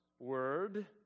word